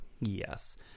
Yes